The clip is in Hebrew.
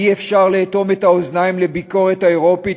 אי-אפשר לאטום את האוזניים לביקורת האירופית,